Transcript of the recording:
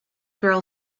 girl